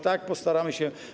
Tak, postaramy się.